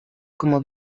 como